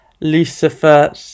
Lucifer